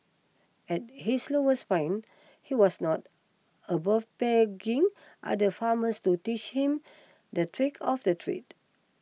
at his lowest point he was not above begging other farmers to teach him the trick of the trade